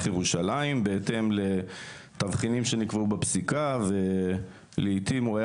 ירושלים בהתאם לתבחינים שנקבעו בפסיקה ולעיתים הוא היה